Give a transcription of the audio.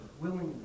willingly